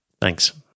Thanks